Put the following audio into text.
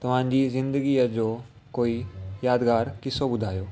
तव्हांजी ज़िंदगीअ जो कोई यादगार किस्सो ॿुधायो